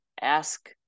ask